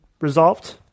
resolved